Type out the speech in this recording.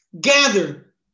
gather